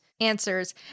answers